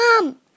Mom